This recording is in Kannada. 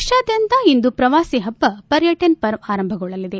ದೇಶಾದ್ದಂತ ಇಂದು ಪ್ರವಾಸಿ ಹಬ್ಬ ಪರ್ಯಟನ ಪರ್ವ ಆರಂಭಗೊಳ್ಳಲಿದೆ